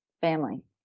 family